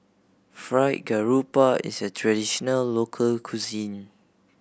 Fried Garoupa is a traditional local cuisine